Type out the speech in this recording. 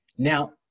Now